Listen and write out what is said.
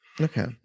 Okay